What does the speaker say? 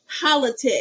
politics